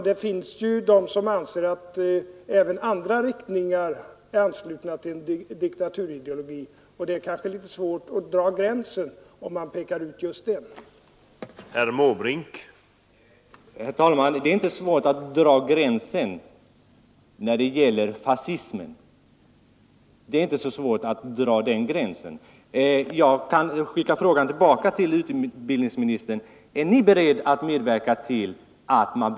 Det finns ju de som anser att även andra riktningar är anslutna till diktaturideologier, och det är kanske litet svårt att peka ut just den grekiska och där dra gränsen.